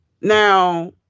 Now